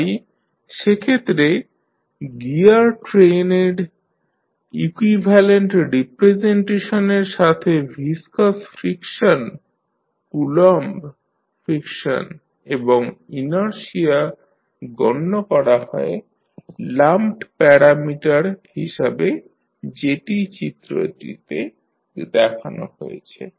তাই সেক্ষেত্রে গিয়ার ট্রেনের ইকুইভ্যালেন্ট রিপ্রেসেনটেশনের সাথে ভিসকাস ফ্রিকশন কুলম্ব ফ্রিকশন এবং ইনারশিয়া গণ্য করা হয় লাম্পড প্যারামিটার হিসাবে যেটি চিত্রটিতে দেখানো হয়েছে